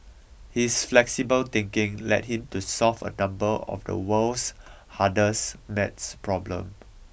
his flexible thinking led him to solve a number of the world's hardest maths problem